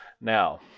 Now